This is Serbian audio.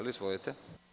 Izvolite.